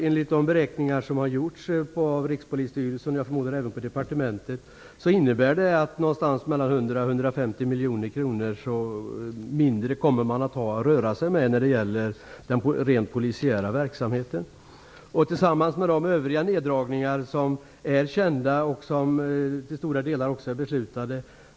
Enligt de beräkningar som har gjorts på Rikspolisstyrelsen och även på departementet, förmodar jag, innebär detta att man kommer att ha någonstans mellan 100 och 150 miljoner kronor mindre att röra sig med när det gäller den rent polisiära verksamheten. Övriga neddragningar är kända och till stora delar också beslutade.